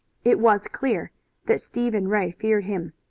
it was clear that stephen ray feared him,